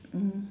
mmhmm